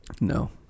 no